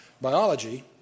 biology